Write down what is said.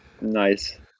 Nice